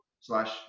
slash